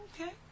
Okay